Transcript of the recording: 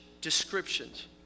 descriptions